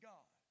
God